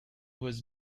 was